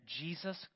jesus